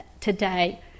today